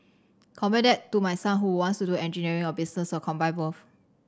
compare that to my son who wants to do engineering or business or combine both